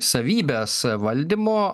savybes valdymo